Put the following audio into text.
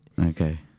Okay